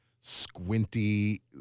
squinty